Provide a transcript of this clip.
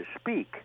speak